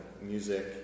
music